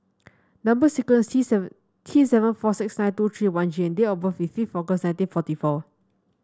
number sequence is T seven T seven four six nine two three one G and date of birth is fifth August nineteen forty four